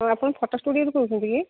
ହଁ ଆପଣ ଫଟୋ ଷ୍ଟୁଡ଼ିଅରୁ କହୁଛନ୍ତି କି